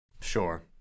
Sure